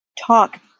talk